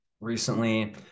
recently